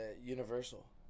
Universal